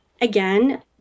again